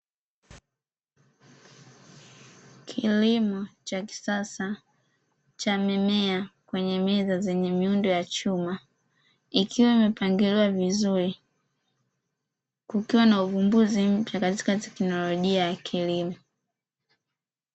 Kilimo cha kisasa cha mimea kwenye meza zenye miundo ya chuma ikiwa imepangiliwa vizuri, kukiwa na uvumbuzi mpya katika teknolojia ya kilimo.